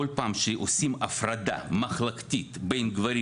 כל פעם שעושים הפרדה מחלקתית בין גברים